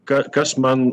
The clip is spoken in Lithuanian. ka kas man